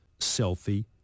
selfie